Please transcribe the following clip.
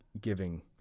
giving